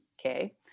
Okay